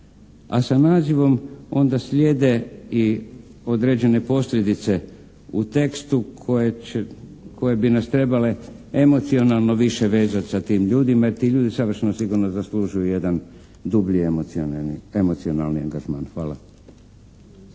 A sa nazivom onda slijede i određene posljedice u tekstu koje će, koje bi nas trebale emocionalno više vezati sa tim ljudima jer ti ljudi savršeno sigurno zaslužuju jedan dublji emocionalni angažman. Hvala.